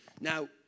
Now